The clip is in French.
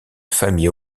famille